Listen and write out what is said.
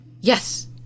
yes